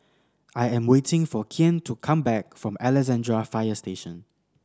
I am waiting for Kian to come back from Alexandra Fire Station